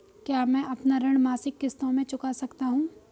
क्या मैं अपना ऋण मासिक किश्तों में चुका सकता हूँ?